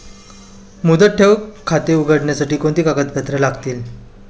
मुदत ठेव खाते उघडण्यासाठी कोणती कागदपत्रे लागतील?